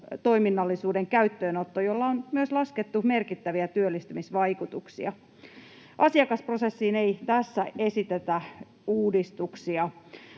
kohtaantotoiminnallisuuden käyttöönotto, jolla on laskettu olevan myös merkittäviä työllistymisvaikutuksia. Asiakasprosessiin ei tässä esitetä uudistuksia.